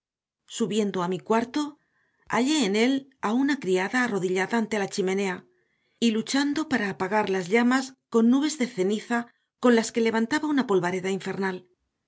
subiendo a mi cuarto hallé en él a una criada arrodillada ante la chimenea y luchando para apagar las llamas con nubes de ceniza con las que levantaba una polvareda infernal